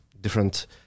different